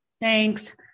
Thanks